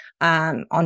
on